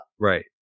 Right